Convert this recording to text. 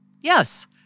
Yes